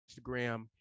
Instagram